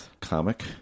comic